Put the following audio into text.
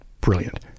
brilliant